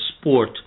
sport